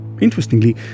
Interestingly